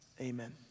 Amen